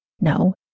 No